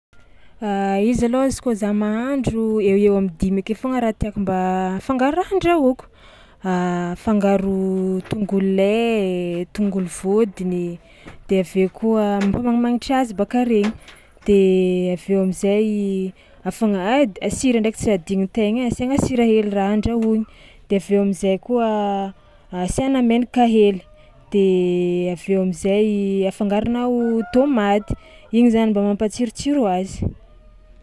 Izy alôha izy kôa za mahandro eo ho eo am'dimy ake foagna raha tiàko mba fangaro raha handrahoako: fangaro tongolo lay, tongolo vôdiny de avy eo koa mpamagnimagnitry azy baka regny de avy eo am'zay afagna- ah edy a sira ndraiky tsy adinon-tegna ai asiana sira hely raha andrahoina de avy eo am'zay koa asiana menaka hely de avy eo am'zay afangaronao tômaty, igny zany mba mampatsirotsiro azy.